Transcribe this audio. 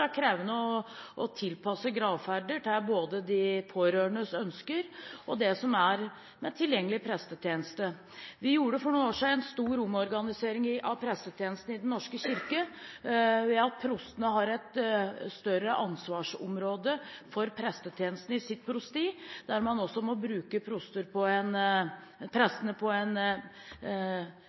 krevende å tilpasse gravferder til både de pårørendes ønsker og det som er tilgjengelig prestetjeneste. Vi gjorde for noen år siden en stor omorganisering av prestetjenesten i Den norske kirke ved at prostene fikk et større ansvarsområde for prestetjenestene i sitt prosti, der man også må bruke prestene på en